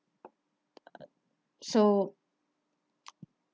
so